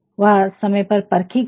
वह समय पर परखी गई